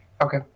Okay